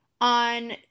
on